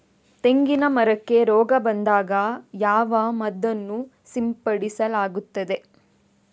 ತೆಂಗಿನ ಮರಕ್ಕೆ ರೋಗ ಬಂದಾಗ ಯಾವ ಮದ್ದನ್ನು ಸಿಂಪಡಿಸಲಾಗುತ್ತದೆ?